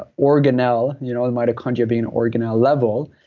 ah organelle, you know and mitochondria being an organelle level,